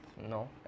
No